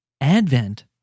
Advent